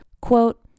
quote